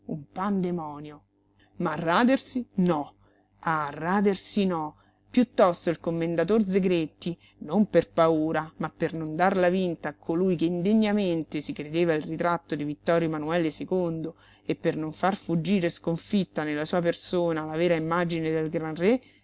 un pandemonio ma radersi no ah radersi no piuttosto il commendator zegretti non per paura ma per non darla vinta a colui che indegnamente si credeva il ritratto di ittorio manuele e per non far fuggire sconfitta nella sua persona la vera immagine del gran re